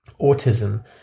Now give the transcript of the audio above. autism